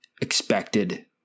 expected